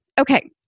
Okay